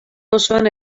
osoan